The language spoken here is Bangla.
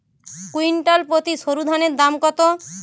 কুইন্টাল প্রতি সরুধানের দাম কত?